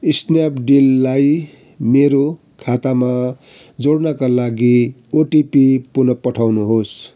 स्न्यापडिललाई मेरो खातामा जोड्नाका लागि ओटिपी पुन पठाउनुहोस्